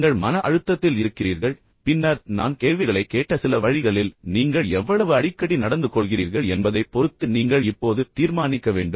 நீங்கள் மன அழுத்தத்தில் இருக்கிறீர்கள் பின்னர் நான் கேள்விகளைக் கேட்ட சில வழிகளில் நீங்கள் எவ்வளவு அடிக்கடி நடந்துகொள்கிறீர்கள் என்பதைப் பொறுத்து நீங்கள் இப்போது தீர்மானிக்க வேண்டும்